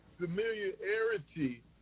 familiarity